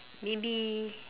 maybe